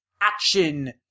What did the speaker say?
action